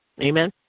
Amen